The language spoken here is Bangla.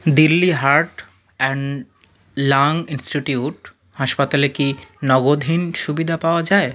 Delhi Heart and Lung Institute হাসপাতালে কি নগদহীন সুবিধা পাওয়া যায়